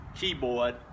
keyboard